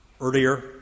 earlier